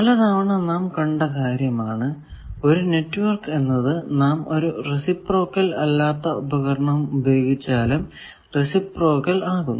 പല തവണ നാം കണ്ട കാര്യമാണ് ഒരു നെറ്റ്വർക്ക് എന്നത് നാം ഒരു റേസിപ്രോക്കൽ അല്ലാത്ത ഉപകരണം ഉപയോഗിച്ചാലും റേസിപ്രോക്കൽ ആകുന്നു